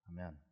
Amen